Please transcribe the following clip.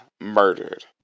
murdered